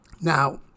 Now